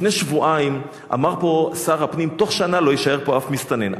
לפני שבועיים אמר פה שר הפנים: תוך שנה לא יישאר פה אף מסתנן.